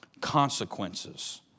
consequences